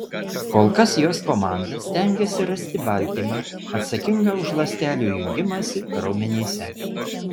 kol kas jos komanda stengiasi rasti baltymą atsakingą už ląstelių jungimąsi raumenyse